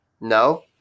no